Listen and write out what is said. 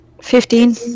Fifteen